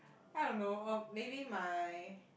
I don't know uh maybe my